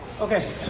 Okay